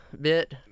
bit